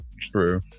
True